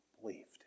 believed